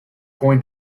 going